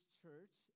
church